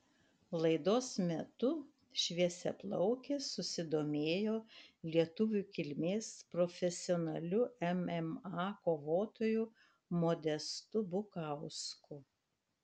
laidos metu šviesiaplaukė susidomėjo lietuvių kilmės profesionaliu mma kovotoju modestu bukausku